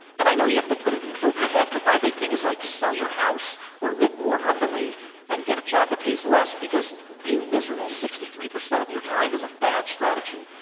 and i know you have to put a roof over your head. but my big thing is like sell your house or live more humbly and get a job that pays less because being miserable sixty three percent of your time is a bad strategy,